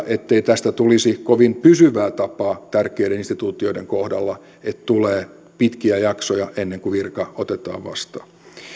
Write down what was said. ettei tästä tulisi kovin pysyvää tapaa tärkeiden instituutioiden kohdalla että tulee pitkiä jaksoja ennen kuin virka otetaan vastaan